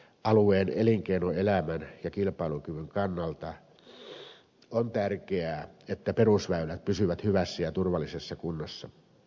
alueen elinkeinoelämän ja kilpailukyvyn kannalta on tärkeää että perusväylät pysyvät hyvässä ja turvallisessa kunnossa